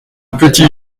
petit